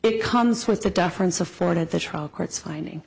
it comes with the deference afforded the trial court's finding